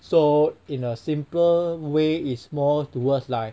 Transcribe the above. so in a simpler way is more towards like